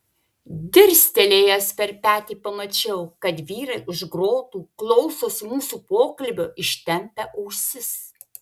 dirstelėjęs per petį pamačiau kad vyrai už grotų klausosi mūsų pokalbio ištempę ausis